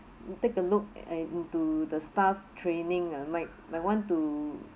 take a look and into the staff training ah might might want to